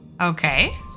Okay